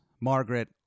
Margaret